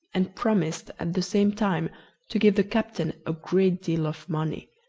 and promised at the same time to give the captain a great deal of money,